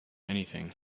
anything